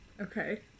okay